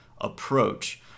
approach